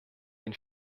ein